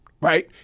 right